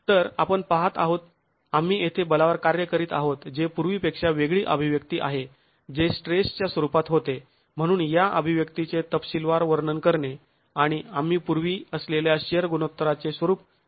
तर आपण पाहत आहोत आम्ही येथे बलावर कार्य करीत आहोत जे पूर्वीपेक्षा वेगळी अभिव्यक्ती आहे जे स्ट्रेस च्या स्वरूपात होते म्हणून या अभिव्यक्तीचे तपशीलवार वर्णन करणे आणि आम्ही पूर्वी असलेल्या शिअर गुणोत्तराचे स्वरूप आणत आहोत